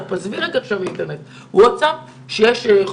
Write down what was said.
וואטסאפ וואטסאפ ולא אינטרנט שהם לא מכירים בהן את כל האנשים,